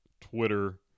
Twitter